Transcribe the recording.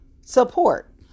support